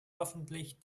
hoffentlich